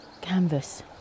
canvas